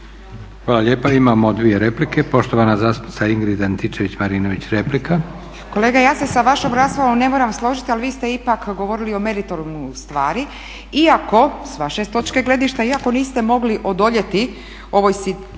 Hvala lijepa. Imamo dvije replike. Poštovana zastupnica Ingrid Antičević-Marinović, replika.